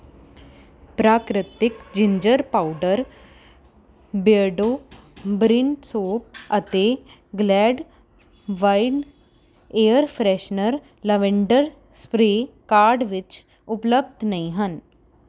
ਪ੍ਰਾਕ੍ਰਿਤਿਕ ginger powder Beardo brick soap ਅਤੇ Glade wild air freshener lavender spray cart ਵਿੱਚ ਉਪਲਬਧ ਨਹੀਂ ਹਨ